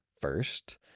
first